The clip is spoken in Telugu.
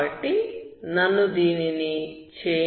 కాబట్టి నన్ను దీనిని చేయనివ్వండి